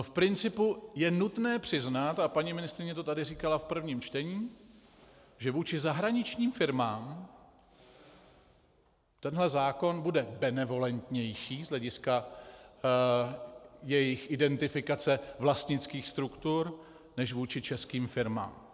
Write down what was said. V principu je nutné přiznat, a paní ministryně to tady říkala v prvním čtení, že vůči zahraničním firmám tenhle zákon bude benevolentnější z hlediska jejich identifikace vlastnických struktur než vůči českým firmám.